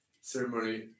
ceremony